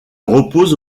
repose